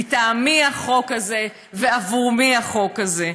מטעם מי החוק הזה ועבור מי החוק הזה.